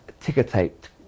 ticker-taped